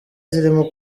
zirimo